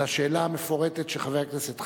על השאלה המפורטת של חבר הכנסת חנין,